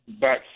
back